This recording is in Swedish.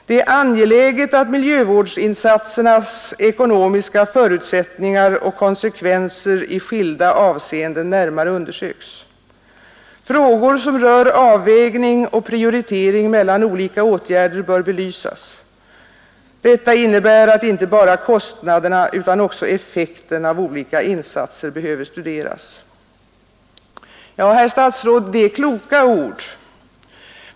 Det är angeläget att miljövårdsinsatsernas ekonomiska förutsättningar och konsekvenser i skilda avseenden närmare undersöks. Frågor som rör avvägning och prioritering mellan olika åtgärder bör belysas. Detta innebär att inte bara kostnaderna utan också effekten av olika insatser behöver studeras. Ja, herr statsråd, det är kloka ord.